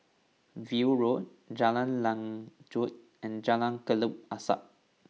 View Road Jalan Lanjut and Jalan Kelabu Asap